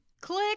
Click